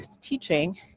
teaching